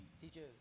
Teachers